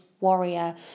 warrior